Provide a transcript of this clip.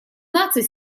наций